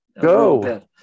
Go